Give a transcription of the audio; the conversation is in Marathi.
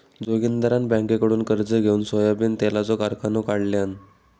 जोगिंदरान बँककडुन कर्ज घेउन सोयाबीन तेलाचो कारखानो काढल्यान